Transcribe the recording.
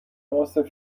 عاصف